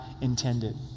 intended